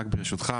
רק ברשותך,